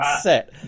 set